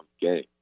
game